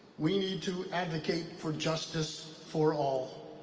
we need to advocate for justice for all.